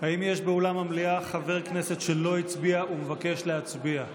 האם יש באולם המליאה חבר כנסת שלא הצביע ומבקש להצביע?